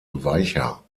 weicher